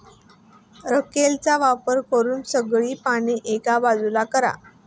रेकचा वापर करून सगळी पाने एका बाजूला करा